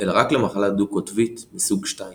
אלא רק למחלה דו-קוטבית מסוג II